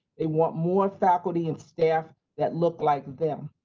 they want more faculty and staff that look like them.